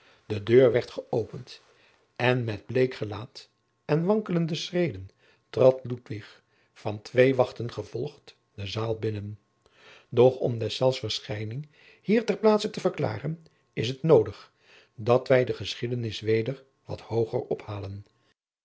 de deur werd geopend en met bleek gelaat en wankelende schreden trad ludwig van twee wachten gevolgd de zaal binnen doch om deszelfs verschijning hier ter plaatse te verklaren is het noodig dat wij de geschiedenis weder wat hooger ophalen